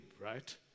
right